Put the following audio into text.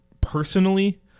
personally